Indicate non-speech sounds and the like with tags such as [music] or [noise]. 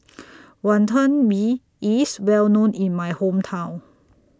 [noise] Wonton Mee IS Well known in My Hometown